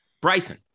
Bryson